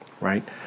right